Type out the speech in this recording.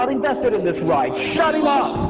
i mean but but in this ride, shut him up!